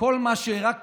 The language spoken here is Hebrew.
כל מה שרק